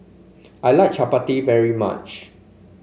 I like Chapati very much